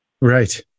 Right